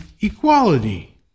equality